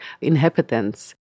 inhabitants